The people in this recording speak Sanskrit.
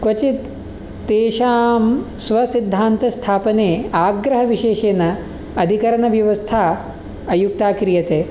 क्वचित् तेषां स्वसिद्धान्तस्थापने आग्रहविशेषेन अधिकरनव्यवस्था अयुक्ता क्रियते